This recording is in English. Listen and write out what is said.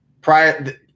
prior